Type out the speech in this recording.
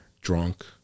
drunk